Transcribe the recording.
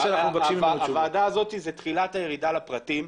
הוועדה הזאת היא תחילת הירידה לפרטים.